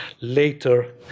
later